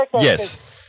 Yes